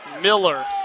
Miller